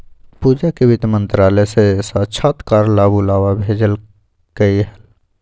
पूजा के वित्त मंत्रालय से साक्षात्कार ला बुलावा भेजल कई हल